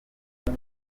hari